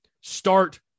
start